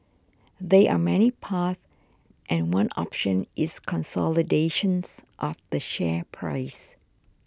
there are many paths and one option is consolidations of the share price